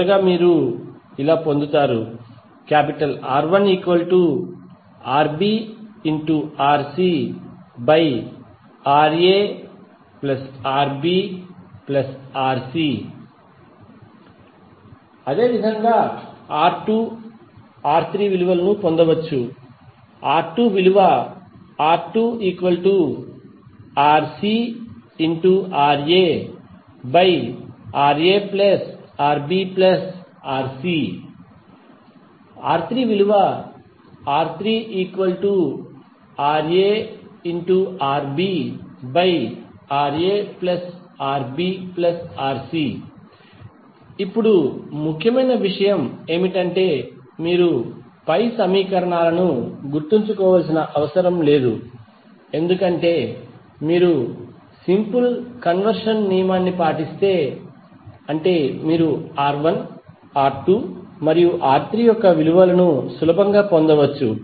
చివరగా మీరు పొందుతారు R1RbRcRaRbRc అదే విధముగా R2RcRaRaRbRc R3RaRbRaRbRc ఇప్పుడు ముఖ్యమైన విషయం ఏమిటంటే మీరు పై సమీకరణాలను గుర్తుంచుకోవాల్సిన అవసరం లేదు ఎందుకంటే మీరు సింపుల్ కన్వర్షన్ నియమాన్ని పాటిస్తే మీరు R1 R2 మరియు R3 విలువ యొక్క విలువను సులభంగా పొందవచ్చు